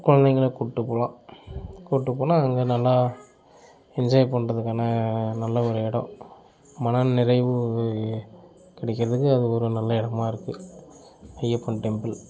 குழந்தைங்கள கூட்டு போகலாம் கூட்டு போனால் அங்கே நல்லா என்ஜாய் பண்றதுக்கான நல்ல ஒரு இடம் மனநிறைவு கிடைக்கிறதுக்கு அது ஒரு நல்ல இடமா இருக்குது ஐயப்பன் டெம்பிள்